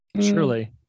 Surely